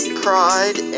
pride